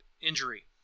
injury